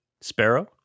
Sparrow